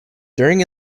during